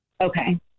Okay